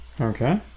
Okay